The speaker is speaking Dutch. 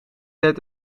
het